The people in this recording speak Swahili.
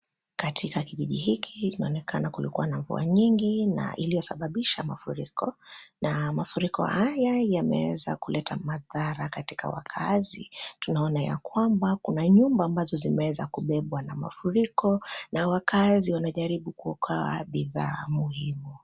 Katika kijiji hiki, kunaonekana kulikuwa na mvua nyingi, na iliyosababisha mafuriko, na mafuriko haya yameweza kuleta madhara katika wakaazi. Tunaona ya kwamba, kuna nyumba ambazo zimeweza kubebwa na mafuriko, na wakaazi wanajaribu kuokoa bidhaa muhimu.